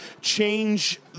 change